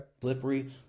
Slippery